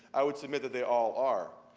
i would submit that they all are.